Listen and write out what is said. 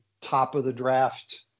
top-of-the-draft